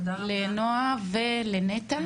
לנועה ולנטע,